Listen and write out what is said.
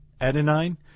adenine